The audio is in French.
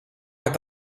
est